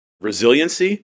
resiliency